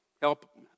Help